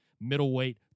middleweight